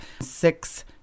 six